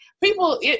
people